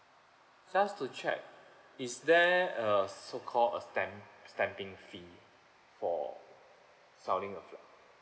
just to check is there a so call a stamp stamping fee for selling a flat